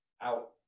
out